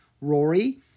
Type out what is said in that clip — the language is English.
Rory